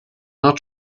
not